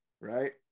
Right